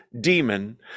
demon